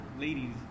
ladies